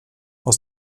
aus